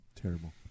terrible